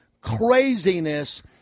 craziness